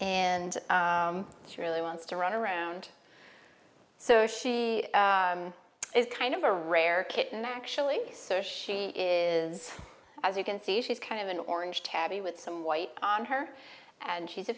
and she really wants to run around so she is kind of a rare kitten actually so she is as you can see she's kind of an orange tabby with some white on her and she's a